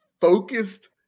focused